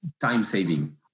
time-saving